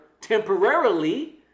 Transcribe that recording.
temporarily